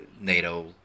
NATO